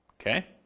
Okay